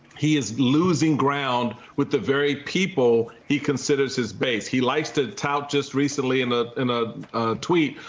he is losing ground with the very people he considers his base. he likes to tout just recently in ah in a tweet,